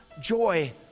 joy